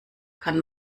kann